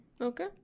okay